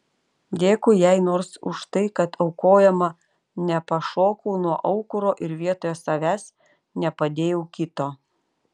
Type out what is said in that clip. dėkui jai nors už tai kad aukojama nepašokau nuo aukuro ir vietoje savęs nepadėjau kito